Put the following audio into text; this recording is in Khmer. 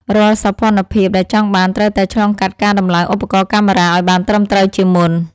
រាល់សោភ័ណភាពដែលចង់បានត្រូវតែឆ្លងកាត់ការដំឡើងឧបករណ៍កាមេរ៉ាឱ្យបានត្រឹមត្រូវជាមុន។